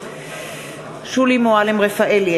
שולי מועלם-רפאלי,